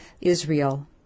Israel